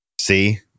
see